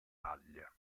paglia